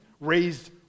raised